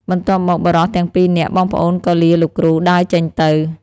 បន្ទាប់មក បុរសទាំងពីរនាក់បងប្អូនក៏លាលោកគ្រូដើរចេញទៅ។